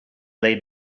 lay